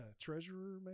treasurer